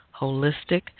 Holistic